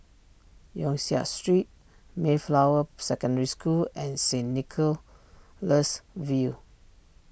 Yong Siak Street Mayflower Secondary School and Saint Nicholas View